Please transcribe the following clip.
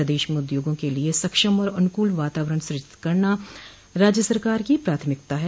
प्रदेश में उद्योगों के लिये सक्षम और अनुकूल वातावरण सूजित करना राज्य सरकार की प्राथमिकता है